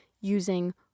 using